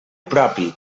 propi